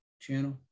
channel